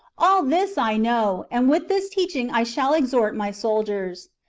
all this i know, and with this teaching i shall exhort my soldiers.